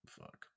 fuck